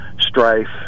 strife